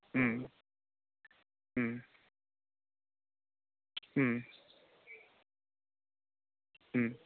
ம் ம் ம் ம்